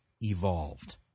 evolved